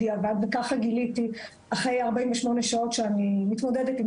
בדיעבד ככה גיליתי לאחר 48 שעות שאני מתמודדת עם